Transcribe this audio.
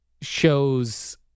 show's